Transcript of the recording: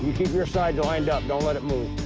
your side lined up. don't let it move.